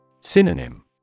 Synonym